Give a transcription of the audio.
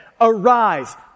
arise